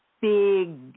big